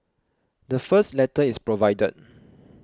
the first letter is provided